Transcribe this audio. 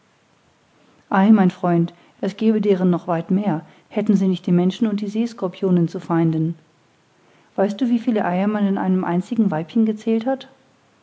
ei mein freund es gäbe deren noch weit mehr hätten sie nicht die menschen und die seescorpionen zu feinden weißt du wie viele eier man in einem einzigen weibchen gezählt hat